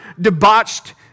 debauched